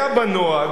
היה בה נוהג,